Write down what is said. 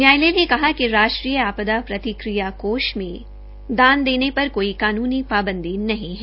न्यायलय ने कहा कि राष्ट्रीय आपदा प्रतिकिया कोष में दान देने पर कोनूनी पाबंदी नहीं है